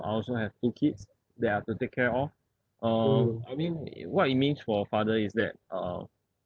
I also have two kids that I have to take care of uh I mean what it means for father is that uh